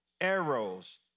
arrows